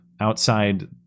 outside